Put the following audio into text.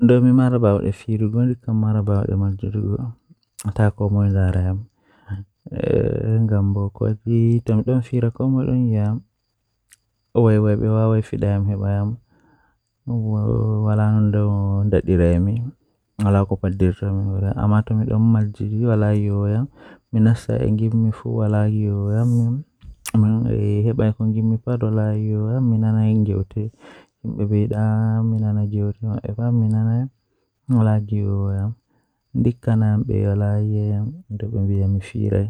Ɓikkon jotta ɓuri nanugo belɗum Miɗo yiɗi ko moƴƴi yimɓe ɓe doole ɓe yetto nder heɓugol fayde e no ɓuri saare e hokkugo. Kono, ko dume ngal wondi laabi kadi, e tawii konngol ngal hakkunde tofinay goonga.